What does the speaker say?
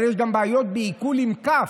אבל יש גם בעיות בעיכול עם כ"ף.